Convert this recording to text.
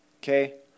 Okay